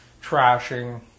trashing